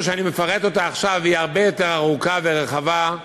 שאני מפרט עכשיו היא הרבה יותר ארוכה ורחבה,